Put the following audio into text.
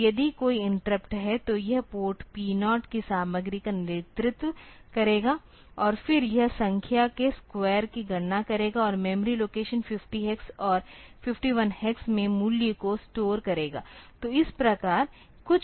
तो यदि कोई इंटरप्ट है तो यह पोर्ट P 0 की सामग्री का नेतृत्व करेगा और फिर यह संख्या के स्क्वायर की गणना करेगा और मेमोरी लोकेशन 50 हेक्स और 51 हेक्स में मूल्य को स्टोर करेगा